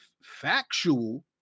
factual